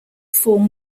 form